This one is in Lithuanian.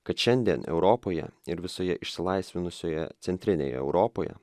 kad šiandien europoje ir visoje išsilaisvinusioje centrinėje europoje